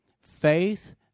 Faith